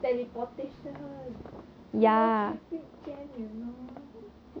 teleportation so no traffic jam you know